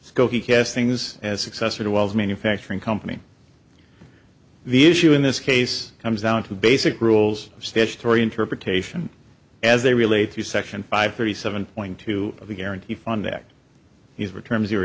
skokie castings as successor to wells manufacturing company the issue in this case comes down to the basic rules of statutory interpretation as they relate to section five thirty seven point two of the guarantee fund act these were terms they were